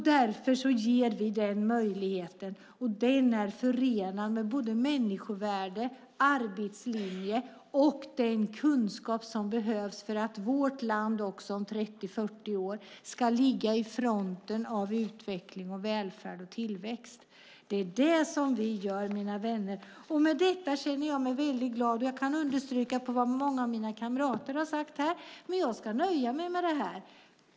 Därför ger vi alla denna möjlighet, och den är förenad med människovärde, arbetslinje och den kunskap som behövs för att vårt land också om 30-40 år ska ligga i fronten av utveckling, välfärd och tillväxt. Det är detta vi gör, mina vänner, och jag känner mig väldigt glad över det. Jag kan skriva under på vad många av mina kamrater har sagt, men jag nöjer mig så här.